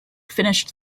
finished